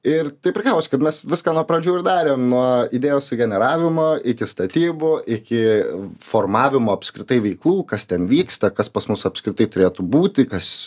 ir taip ir gavosi kad mes viską nuo pradžių ir darėm nuo idėjos sugeneravimo iki statybų iki formavimo apskritai veiklų kas ten vyksta kas pas mus apskritai turėtų būti kas